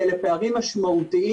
ואלה פערים משמעותיים,